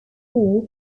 ore